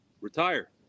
retire